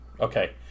Okay